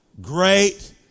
great